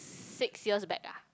six years back ah